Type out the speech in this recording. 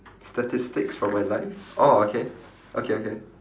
statistics from my life orh okay okay okay